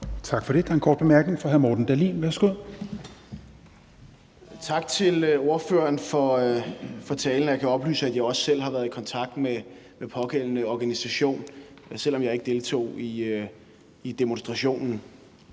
Tak for det. Der er en kort bemærkning fra hr. Morten Dahlin. Værsgo. Kl. 17:16 Morten Dahlin (V): Tak til ordføreren for talen. Jeg kan oplyse, at jeg også selv har været i kontakt med den pågældende organisation, selv om jeg ikke selv deltog i demonstrationen.